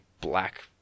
black